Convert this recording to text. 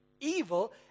evil